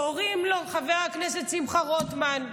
קוראים לו חבר הכנסת שמחה רוטמן.